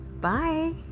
Bye